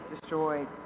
destroyed